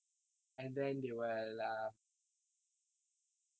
and then they will um